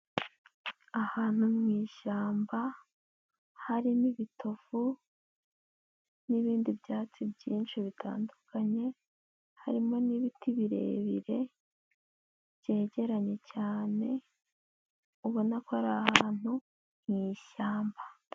Ahantu mu ishyamba harimo ibitovu n'ibindi byatsi byinshi bitandukanye, harimo n'ibiti birebire byegeranye cyane, ubona ko ari ahantu mu ishyamba.